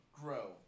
Grow